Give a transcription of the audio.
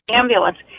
ambulance